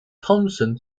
thompson